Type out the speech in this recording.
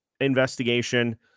investigation